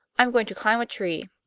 i'm going to climb a tree.